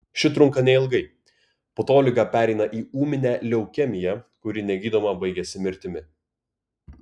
ši trunka neilgai po to liga pereina į ūminę leukemiją kuri negydoma baigiasi mirtimi